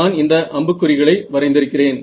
நான் இந்த அம்புக் குறிகளை வரைந்திருக்கிறேன்